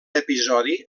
episodi